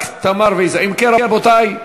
אם כן, רבותי,